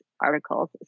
articles